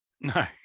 No